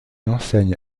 enseigne